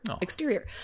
exterior